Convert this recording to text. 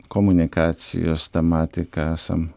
komunikacijos tematika esam